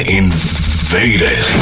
invaded